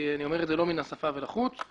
איני אומר זאת מן השפה ולחוץ.